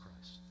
Christ